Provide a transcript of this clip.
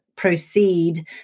proceed